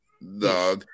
No